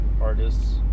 artists